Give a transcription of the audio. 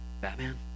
Batman